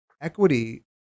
equity